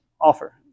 offer